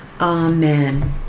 amen